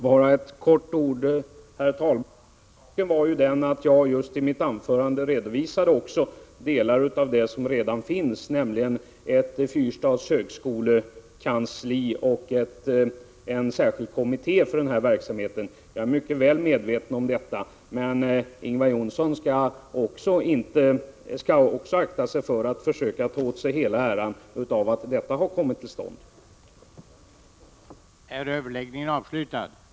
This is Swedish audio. Herr talman! Bara några få ord. I mitt anförande redovisade jag också delar av det som redan finns, nämligen ett Fyrstads högskolekansli och en särskild kommitté för denna verksamhet. Jag är mycket väl medveten om detta, men Ingvar Johnsson skall akta sig för att försöka ta åt sig hela äran av att denna verksamhet = Prot. 1986/87:136